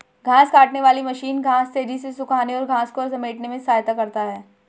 घांस काटने वाली मशीन घांस तेज़ी से सूखाने और घांस को समेटने में सहायता करता है